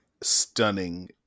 Stunning